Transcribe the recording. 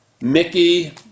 Mickey